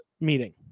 meeting